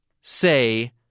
say